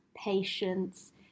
patience